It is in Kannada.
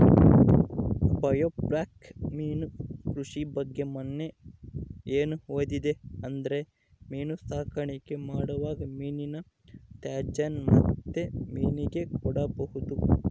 ಬಾಯೋಫ್ಲ್ಯಾಕ್ ಮೀನು ಕೃಷಿ ಬಗ್ಗೆ ಮನ್ನೆ ಏನು ಓದಿದೆ ಅಂದ್ರೆ ಮೀನು ಸಾಕಾಣಿಕೆ ಮಾಡುವಾಗ ಮೀನಿನ ತ್ಯಾಜ್ಯನ ಮತ್ತೆ ಮೀನಿಗೆ ಕೊಡಬಹುದು